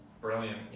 Brilliant